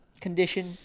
Condition